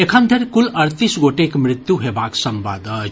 एखनधरि कुल अड़तीस गोटेक मृत्यु हेबाक संवाद अछि